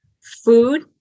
food